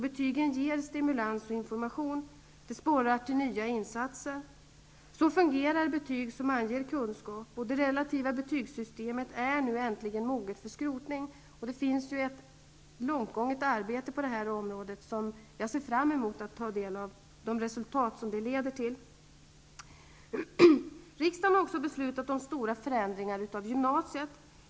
Betygen ger stimulans och information. Det sporrar till nya insatser. Så fungerar betyg som anger kunskap. Det relativa betygssystemet är nu äntligen moget för skrotning. Det finns ett långt gånget arbete på det här området, och jag ser fram mot att ta del av de resultat som det leder till. Riksdagen har också beslutat om stora förändringar av gymnasiet.